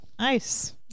Nice